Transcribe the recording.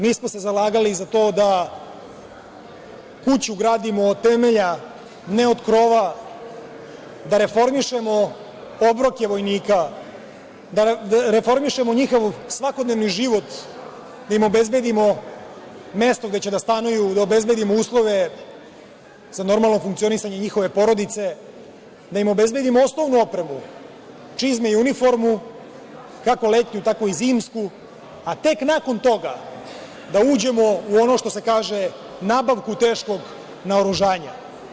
Mi smo se zalagali za to da kuću gradimo od temelja, ne od krova, da reformišemo obroke vojnika, da reformišemo njihov svakodnevni život, da im obezbedimo mesto gde će da stanuju, da im obezbedimo uslove za normalno funkcionisanje njihove porodice, da im obezbedimo osnovnu opremu, čizme i uniformu, kako letnju, tako i zimsku, a tek nakon toga da uđemo u ono, što se kaže, nabavku teškog naoružanja.